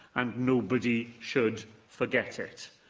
and nobody should forget it,